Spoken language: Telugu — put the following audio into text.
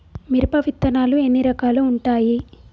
మిరప విత్తనాలు ఎన్ని రకాలు ఉంటాయి?